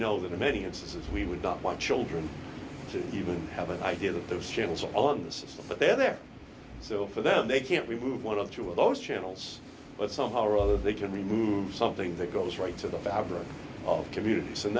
know that in many instances we would not want children to even have an idea of those channels on the system but they're there so for them they can't remove one of two of those channels but somehow or other they can remove something that goes right to the fabric of tributes and